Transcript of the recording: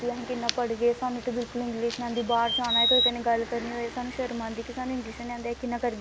कनक होंदी अपनैं देस्सी में बोलनां कानक मंडी होंदी ही कनक मंडी लगदी ही साढ़ी